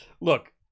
Look